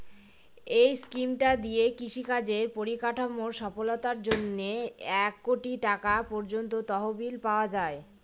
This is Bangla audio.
এই স্কিমটা দিয়ে কৃষি কাজের পরিকাঠামোর সফলতার জন্যে এক কোটি টাকা পর্যন্ত তহবিল পাওয়া যায়